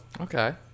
Okay